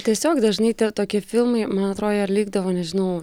tiesiog dažnai tokie filmai man atrodė ir likdavo nežinau